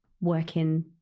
working